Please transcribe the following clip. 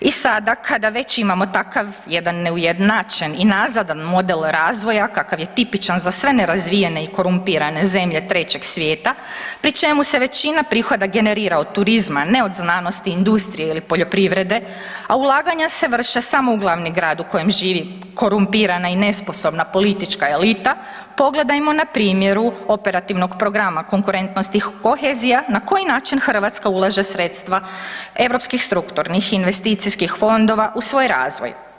I sada kada već imamo takav jedan neujednačen nazadan model razvoja kakav je tipičan za sve nerazvijene i korumpirane zemlje trećeg svijeta, pri čemu se većina prihoda generira od turizma, ne od znanosti i industrije ili poljoprivrede, a ulaganja se vrše samo u glavni grad u kojem živi korumpirana i nesposobna politička elita, pogledajmo na primjeru Operativnog programa konkurentnost i kohezija na koji način Hrvatska ulaže sredstva europskih strukturnih i investicijskih fondova u svoj razvoj.